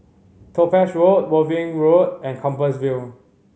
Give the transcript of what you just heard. Topaz Road Worthing Road and Compassvale